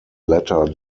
latter